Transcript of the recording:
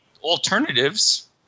alternatives